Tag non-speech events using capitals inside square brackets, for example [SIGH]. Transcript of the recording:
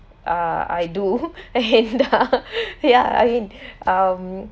uh I do and uh [LAUGHS] ya I am um